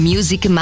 Music